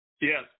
Yes